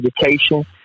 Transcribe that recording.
education